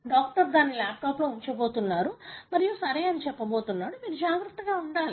doctor దానిని ల్యాప్టాప్లో ఉంచబోతున్నాడు మరియు సరే అని చెప్పబోతున్నాడు మీరు జాగ్రత్తగా ఉండాలి